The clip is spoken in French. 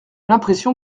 l’impression